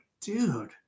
dude